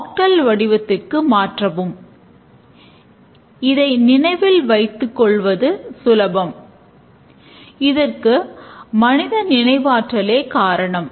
நாம் இதுவரை விவாதித்ததைத் தொகுப்போம்